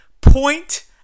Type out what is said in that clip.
point